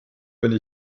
wenn